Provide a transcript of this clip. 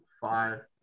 Five